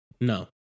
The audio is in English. No